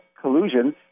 collusion